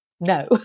no